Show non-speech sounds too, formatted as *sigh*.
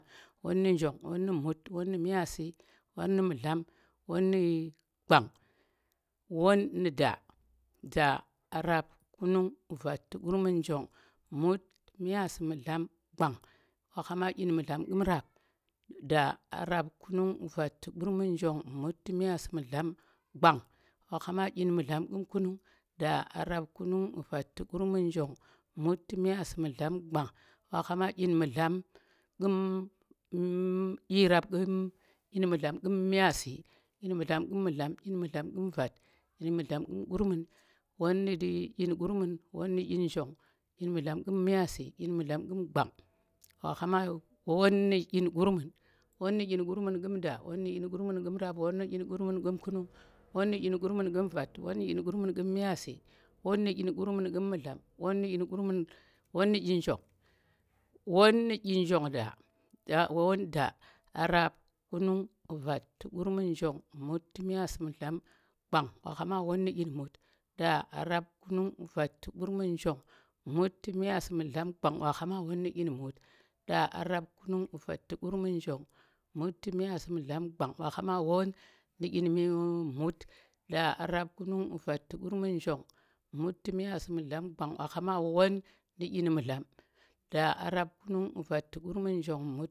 won nu̱ njong. won nu mut. won nu myaasi. won nu mu̱dla. won nu gwang. won nu da. da. rap. kunung. vat, kurmun, njong, mut, miyasi, mudlam. gwang wa khama ɗyin mu̱dlam ƙu̱m kunung, da, arap, kunung, vat, gurmun, njong, mut, myaasi, mu̱dlam, gwang wa khama ɗyin mu̱dlam, ƙu̱m kunung *unintelligible* wo khama ɗyin mu̱dlam ƙu̱m myaasi, ɗyin mu̱dlam ƙu̱m mu̱dlam, ɗyin mu̱dlam ƙu̱m vat, ɗyin mu̱dlam ƙu̱m kurmun, won nu̱ won nu̱ ɗyin kurmun, nu̱ ɗyin njong, ɗyin mu̱dlam ƙu̱m myaasi, ɗyin mu̱dlam ƙu̱m gwang, wa kha ma won nu̱ ɗyin kurmun, won nu̱ ɗyin kurmun ƙu̱m da, won nu̱ ɗyin kurmun ƙu̱m rap, won nu̱ ɗyin gurmun ƙu̱m vat, won nu̱ ɗyin gurmun ƙu̱m miyasi, won nu̱ ɗyin kurmun ƙu̱m mudlam, won nu̱ ɗyin gurmun, won nu njong, won nu̱ ɗyin njong da, arap, kunung, vat, kurmun, njong mut, miyasi, mudlam, gwang. wa kha ma won nu dyin mut. da. rap. kunung. vat kurmun. njong. mut. miyasi. mudlam. gwang. wa khama won nu dyin mut. da, arap kunung, vat, kurmun, njong mut, miyasi, mudlam, gwang. wa kha ma won nu *unintelligible* mut, da. arap kunung, vat, kurmun, njong, mut, miyasi, mudlam, gwang. wa kha won nu̱ ɗyin mudlam. da. arap. kunung. vat. kurmun. njong. mut.